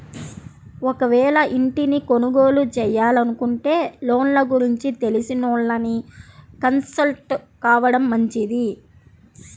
ఒకవేళ ఇంటిని కొనుగోలు చేయాలనుకుంటే లోన్ల గురించి తెలిసినోళ్ళని కన్సల్ట్ కావడం మంచిది